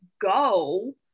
go